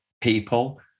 people